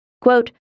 Quote